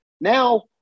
now